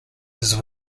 his